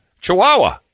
Chihuahua